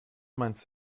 meinst